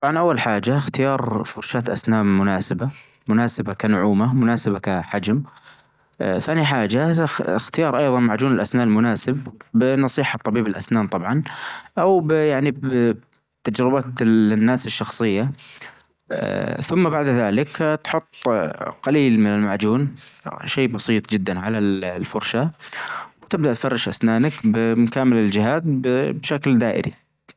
طبعا أول حاچة إختيار فرشاة أسنان مناسبة، مناسبة كنعومة مناسبة كحچم، أ ثاني حاچة إخ-إختيار أيظا معجون الأسنان المناسب بنصيحة طبيب الأسنان طبعا، أو بيعني بتجربة الناس الشخصية، أ ثم بعد ذلك تحط قليل من المعچون شي بسيط چدا على ال-الفرشة وتبدأ تفرش أسنانك بكامل الچهات بشكل دائري.